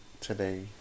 today